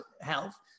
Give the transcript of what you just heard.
health